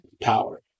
power